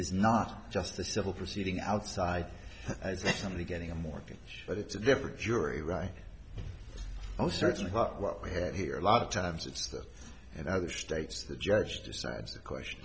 is not just the civil proceeding outside i think somebody getting a mortgage but it's a different jury right oh certainly here a lot of times it's in other states the judge decides the question